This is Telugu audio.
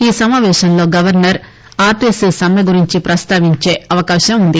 ఈ సమావేశంలో గవర్నర్ ఆర్టీసీ సమ్మె గురించి ప్రస్తావించే అవకాశం ఉంది